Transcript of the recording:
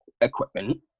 equipment